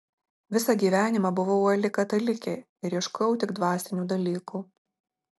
visą gyvenimą buvau uoli katalikė ir ieškojau tik dvasinių dalykų